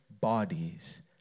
bodies